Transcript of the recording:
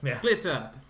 glitter